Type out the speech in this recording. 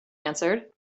answered